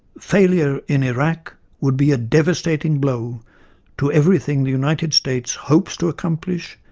failure in iraq would be a devastating blow to everything the united states hopes to accomplish,